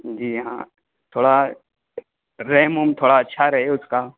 جی ہاں تھوڑا ریم ویم تھوڑا اچھا رہے اس کا